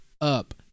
up